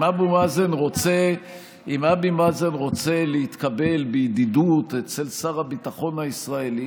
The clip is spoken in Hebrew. אם אבו מאזן רוצה להתקבל בידידות אצל שר הביטחון הישראלי,